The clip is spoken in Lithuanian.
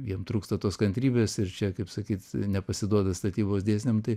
jiem trūksta tos kantrybės ir čia kaip sakyt nepasiduoda statybos dėsniam tai